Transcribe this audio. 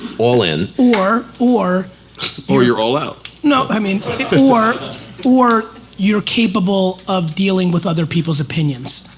all in. or. or or you're all out. no, i mean, or or you're capable of dealing with other people's opinions.